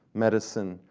medicine,